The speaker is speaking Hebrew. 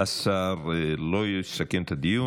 השר לא יסכם את הדיון.